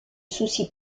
souci